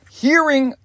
hearing